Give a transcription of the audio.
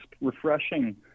refreshing